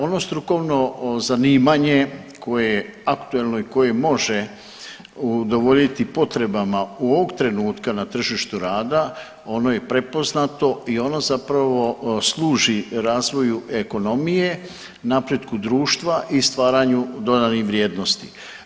Ono strukovno zanimanje koje je aktualno i koje može udovoljiti potrebama ovog trenutka na tržištu rada ono je prepoznato i ono zapravo služi razvoju ekonomije, napretku društva i stvaranju dodanih vrijednosti.